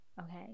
okay